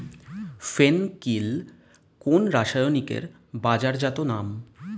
ফেন কিল কোন রাসায়নিকের বাজারজাত নাম?